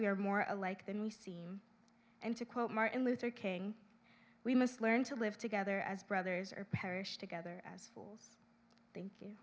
are more alike than we seem and to quote martin luther king we must learn to live together as brothers or perish together as for thank